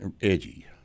edgy